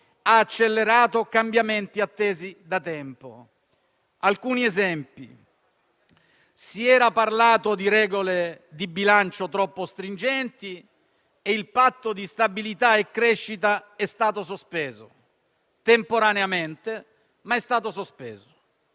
ha accelerato cambiamenti attesi da tempo. Faccio alcuni esempi. Si era parlato di regole di bilancio troppo stringenti, e il Patto di stabilità e crescita è stato sospeso; temporaneamente, ma è stato sospeso.